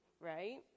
right